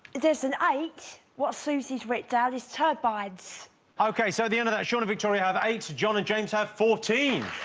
there's an eight what susie's written down is turbines okay. so the end of that shauna victoria have eight john and james have fourteen